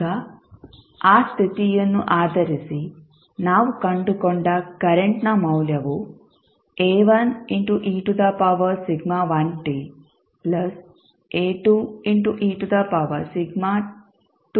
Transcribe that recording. ಈಗ ಆ ಸ್ಥಿತಿಯನ್ನು ಆಧರಿಸಿ ನಾವು ಕಂಡುಕೊಂಡ ಕರೆಂಟ್ನ ಮೌಲ್ಯವು ಆಗಿದೆ